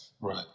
Right